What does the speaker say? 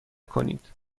کنید